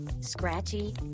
scratchy